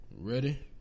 Ready